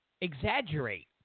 exaggerate